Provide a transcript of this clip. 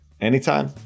Anytime